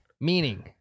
meaning